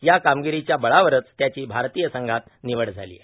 या कामगिरीच्या बळावरच त्याची भारतीय संघात निव्ड झाली आहे